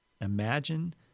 imagine